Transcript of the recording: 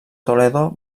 toledo